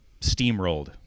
steamrolled